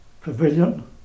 pavilion